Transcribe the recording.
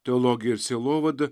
teologija ir sielovada